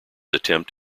attempt